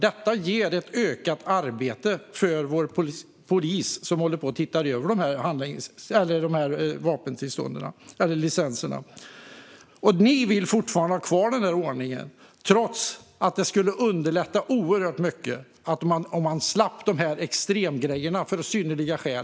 Detta ger ett ökat arbete för vår polis, som håller på att titta över dessa vapenlicenser. Ni vill fortfarande ha kvar denna ordning trots att det skulle underlätta oerhört mycket om man slapp de här extremgrejerna med synnerliga skäl.